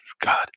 God